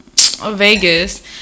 Vegas